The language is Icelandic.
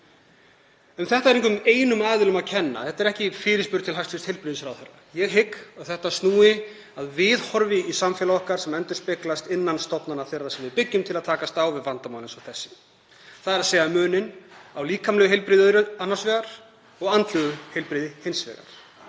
er engum einum aðila að kenna. Þetta er ekki fyrirspurn til hæstv. heilbrigðisráðherra. Ég hygg að þetta snúi að viðhorfi í samfélagi okkar sem endurspeglast innan stofnana þess sem við byggjum til að takast á við vandamál eins og þessi, þ.e. muninn á líkamlegu heilbrigði annars vegar og andlegu heilbrigði hins vegar.